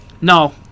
No